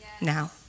now